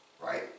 right